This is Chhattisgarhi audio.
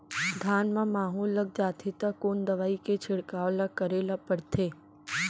धान म माहो लग जाथे त कोन दवई के छिड़काव ल करे ल पड़थे?